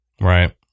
right